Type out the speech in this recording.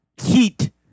Heat